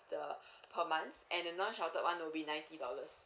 the per month and the non sheltered one will be ninety dollars